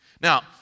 Now